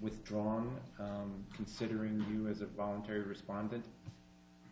withdrawn considering you as a voluntary respondent